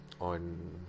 On